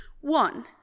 One